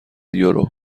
یورو